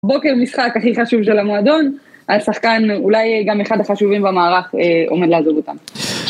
בוקר משחק הכי חשוב של המועדון, השחקן, אולי גם אחד החשובים במערך, עומד לעזוב אותם.